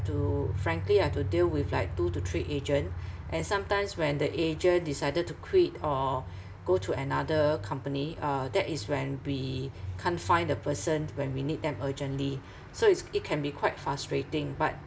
to frankly I have to deal with like two to three agent and sometimes when the agent decided to quit or go to another company uh that is when we can't find the person when we need them urgently so it's it can be quite frustrating but